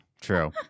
True